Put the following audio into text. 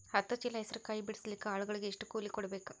ಹತ್ತು ಚೀಲ ಹೆಸರು ಕಾಯಿ ಬಿಡಸಲಿಕ ಆಳಗಳಿಗೆ ಎಷ್ಟು ಕೂಲಿ ಕೊಡಬೇಕು?